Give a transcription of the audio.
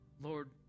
Lord